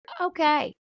okay